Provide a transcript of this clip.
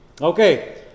Okay